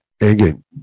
again